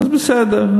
אז בסדר,